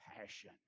passion